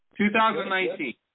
2019